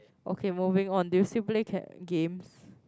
okay moving on do you still play ca~ games